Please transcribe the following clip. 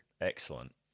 Excellent